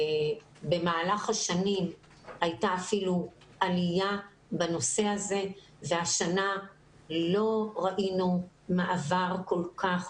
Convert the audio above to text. במהלך השנים הייתה אפילו עלייה בנושא הזה והשנה לא ראינו מעבר כל כך,